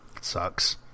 Sucks